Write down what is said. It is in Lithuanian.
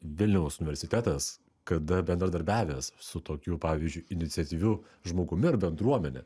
vilniaus universitetas kada bendradarbiavęs su tokiu pavyzdžiui iniciatyviu žmogumi ar bendruomene